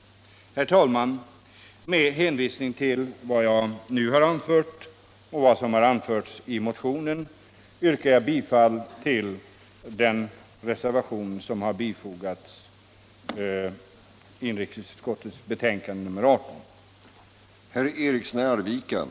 Herr talman! Med hänvisning till vad jag nu sagt och vad som anförts i motionen yrkar jag bifall till den vid inrikesutskottets betänkande nr 18 fogade reservationen.